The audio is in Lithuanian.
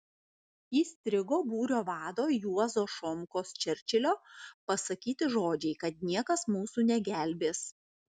įstrigo būrio vado juozo šomkos čerčilio pasakyti žodžiai kad niekas mūsų negelbės